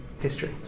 history